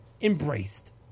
embraced